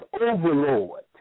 Overlord